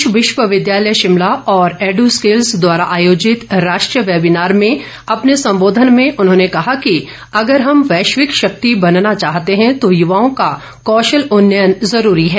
प्रदेश विश्वविद्यालय शिमला और एड्स्किलज द्वारा आयोजित राष्ट्रीय वेबिनार में अपने संबोधन में उन्होंने कहा कि अगर हम वैश्विक शक्ति बनना चाहते हैं तो युवाओं का कौशल उन्नयन जरूरी है